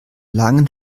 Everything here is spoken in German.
langen